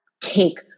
Take